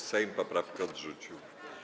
Sejm poprawkę odrzucił.